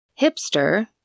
Hipster